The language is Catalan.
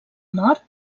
nord